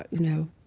you know,